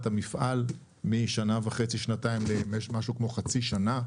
המפעל משנה וחצי שנתיים למשהו כמו חצי שנה,